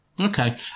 Okay